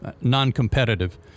non-competitive